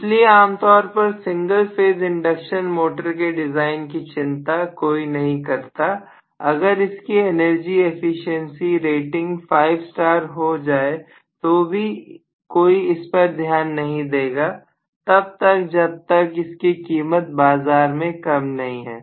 इसलिए आमतौर पर सिंगल फेज इंडक्शन मोटर के डिजाइन की चिंता कोई नहीं करता अगर इनकी एनर्जी एफिशिएंसी रेटिंग 5 स्टार हो जाए तो भी कोई इस पर ध्यान नहीं देगा तब तक जब तक इसकी कीमत बाजार में कम नहीं है